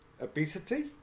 Obesity